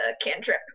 cantrip